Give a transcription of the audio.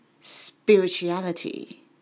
spirituality